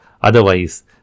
otherwise